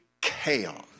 chaos